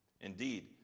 Indeed